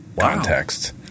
context